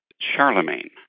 Charlemagne